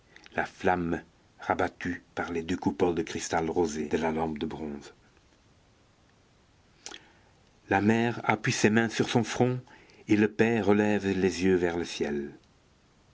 la flamme rabattue par deux coupoles de cristal rosé de la lampe de bronze la mère appuie ses mains sur son front et le père relève les yeux vers le ciel